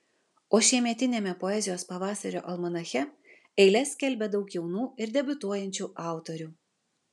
o šiemetiniame poezijos pavasario almanache eiles skelbia daug jaunų ir debiutuojančių autorių